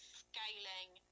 scaling